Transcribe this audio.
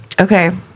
Okay